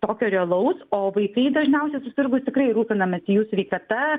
tokio realaus o vaikai dažniausiai susirgus tikrai rūpinamės jų sveikata